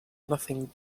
nothing